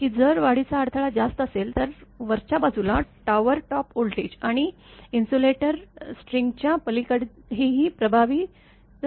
की जर वाढीचा अडथळा जास्त असेल तर वरच्या बाजूला tower top voltage line insulator स्ट्रिंगच्या पलीकडेही प्रभावित होईल आणि यामुळे फ्लॅशओव्हर होऊ शकतो